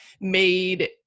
made